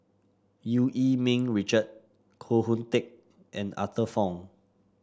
Eu Yee Ming Richard Koh Hoon Teck and Arthur Fong